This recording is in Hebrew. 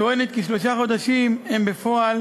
כי שלושה חודשים הם בפועל